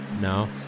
No